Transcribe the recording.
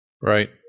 Right